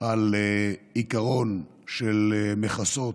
על עיקרון של מכסות,